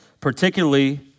particularly